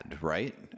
right